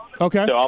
Okay